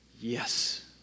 yes